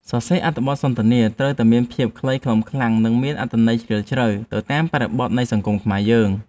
សរសេរអត្ថបទសន្ទនាត្រូវតែមានភាពខ្លីខ្លឹមខ្លាំង និង មានអត្ថន័យជ្រាលជ្រៅទៅតាមបរិបទនៃសង្គមខ្មែរយើង។